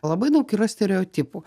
labai daug yra stereotipų